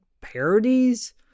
parodies